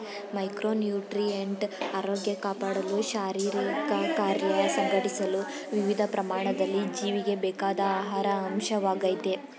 micronutrient ಆರೋಗ್ಯ ಕಾಪಾಡಲು ಶಾರೀರಿಕಕಾರ್ಯ ಸಂಘಟಿಸಲು ವಿವಿಧ ಪ್ರಮಾಣದಲ್ಲಿ ಜೀವಿಗೆ ಬೇಕಾದ ಆಹಾರ ಅಂಶವಾಗಯ್ತೆ